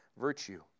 virtue